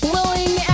Willing